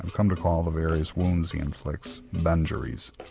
come to call the various wounds he inflicts benjuries.